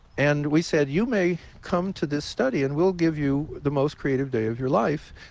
and we said, you may come to this study, and we'll give you the most creative day of your life.